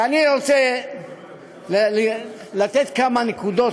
ואני רוצה לתת כמה נקודות.